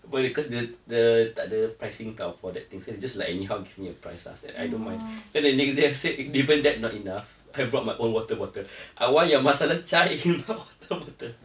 boleh because dia dia tak ada the pricing [tau] for that thing so they just like anyhow give me a price so I said I don't mind then the next day I said even that not enough I brought my own water bottle I want your masala chai in my water bottle